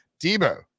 Debo